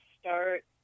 start